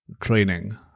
training